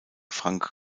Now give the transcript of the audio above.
frank